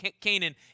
Canaan